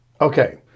Okay